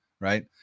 right